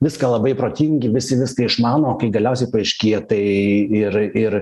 viską labai protingi visi viską išmano kai galiausiai paaiškėja tai ir ir